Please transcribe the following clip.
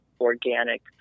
organic